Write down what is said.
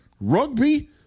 rugby